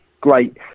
great